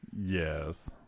Yes